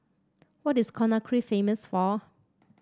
what is Conakry famous for